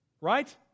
right